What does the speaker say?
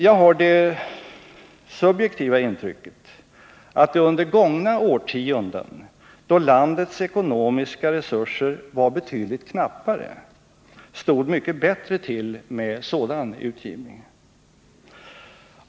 Jag har det subjektiva intrycket att det under gångna årtionden, då landets ekonomiska resurser var betydligt knappare, stod mycket bättre till med sådan utgivning.